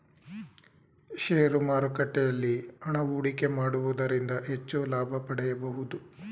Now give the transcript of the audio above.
share ಮಾರುಕಟ್ಟೆಯಲ್ಲಿ ಹಣ ಹೂಡಿಕೆ ಮಾಡುವುದರಿಂದ ಹೆಚ್ಚು ಲಾಭ ಪಡೆಯಬಹುದು